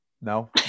No